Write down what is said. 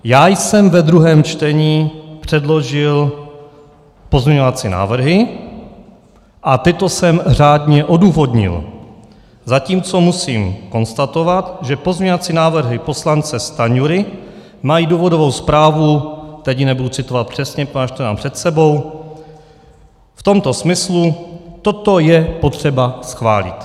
Já jsem ve druhém čtení předložil pozměňovací návrhy a tyto jsem řádně odůvodnil, zatímco musím konstatovat, že pozměňovací návrhy poslance Stanjury mají důvodovou zprávu, teď ji nebudu citovat přesně, poněvadž to nemám před sebou, v tomto smyslu toto je potřeba schválit.